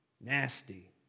nasty